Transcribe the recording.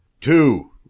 Two